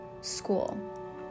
school